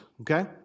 okay